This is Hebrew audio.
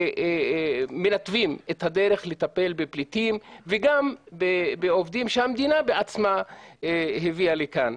שמנתבים את הדרך לטפל בפליטים וגם בעובדים שהמדינה עצמה הביאה לכאן.